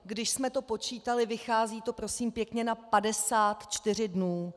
Když jsme to počítali, vychází to prosím pěkně na 54 dnů.